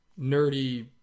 nerdy